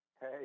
Hey